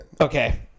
Okay